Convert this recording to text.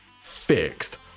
fixed